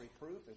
reproof